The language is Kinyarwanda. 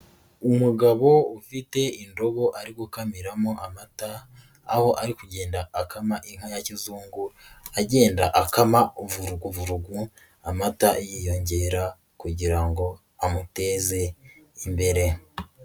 Umugabo ufite indobo ari gukamiramo amata, aho ari kugenda akama inka ya kizungu, agenda akama vurugu vurugu, amata yiyongera kugira ngo amuteze imbere.